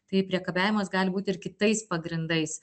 tai priekabiavimas gali būt ir kitais pagrindais